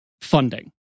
funding